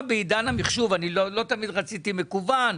בעידן המחשוב לא תמיד רציתי מקוון,